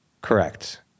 Correct